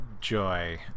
joy